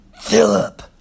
Philip